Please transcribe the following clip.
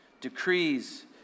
decrees